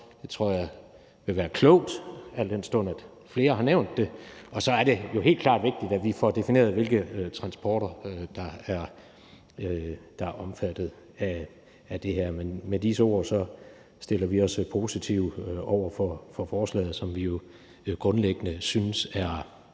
Det tror jeg vil være klogt, al den stund at flere har nævnt det. Og så er det jo helt klart vigtigt, at vi får defineret, hvilke transporter der er omfattet af det her. Med disse ord stiller vi os positive over for forslaget, som vi grundlæggende synes er